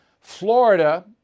Florida